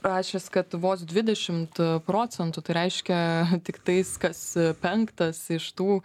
rašęs kad vos dvidešimt procentų tai reiškia tik tais kas penktas iš tų